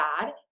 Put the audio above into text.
bad